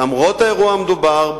למרות האירוע המדובר,